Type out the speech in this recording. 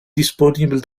disponible